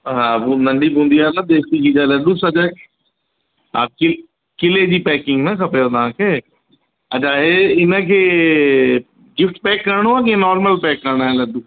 हा पोइ नंढी बूंदीअ जा न देसी गिह जा लॾॾू सॼे हा कि किले जी पैकिंग में खपेव तव्हां खे अच्छा हे हिन खे गिफ़्ट पैक करिणो आहे कि नॉर्मल पैक करिणा आहिनि लड्डू